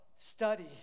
Study